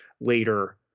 later